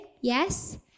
yes